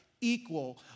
equal